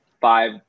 five